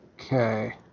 Okay